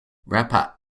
rapper